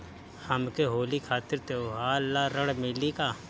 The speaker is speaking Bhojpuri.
हमके होली खातिर त्योहार ला ऋण मिली का?